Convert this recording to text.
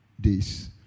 days